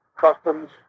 Customs